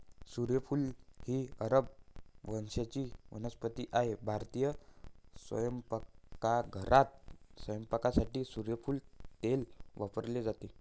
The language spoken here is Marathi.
सूर्यफूल ही अरब वंशाची वनस्पती आहे भारतीय स्वयंपाकघरात स्वयंपाकासाठी सूर्यफूल तेल वापरले जाते